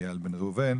אייל בן ראובן,